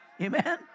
Amen